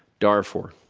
darfur.